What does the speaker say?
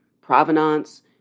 provenance